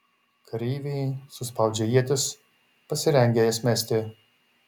kareiviai suspaudžia ietis pasirengia jas mesti